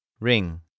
Ring